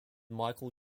michael